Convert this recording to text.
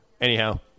anyhow